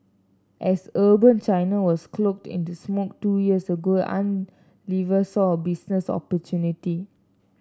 as urban China was cloaked in the smog two years ago saw a business opportunity